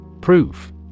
Proof